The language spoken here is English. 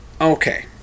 okay